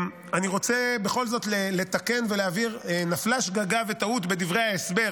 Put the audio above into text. אני רוצה בכל זאת לתקן ולהבהיר: נפלה שגגה וטעות בדברי ההסבר